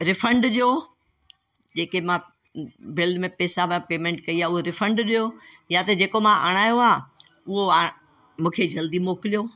refund ॾियो जेके मां बिल में पेसा मां पेमेंट कई आहे उहा रिफंड ॾियो या त जेको मां अणायो आहे उहो पाण मूंखे जल्दी मोकिलियो